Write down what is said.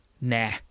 nah